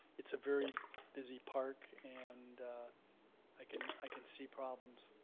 it's a very busy park and i can i can see problems.